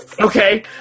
Okay